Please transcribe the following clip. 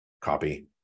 copy